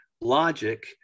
logic